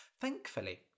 Thankfully